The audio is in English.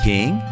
King